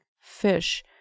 fish